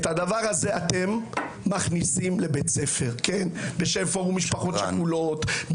את הדבר הזה אתם מכניסים לבית ספר בשם פורום משפחות שכולות,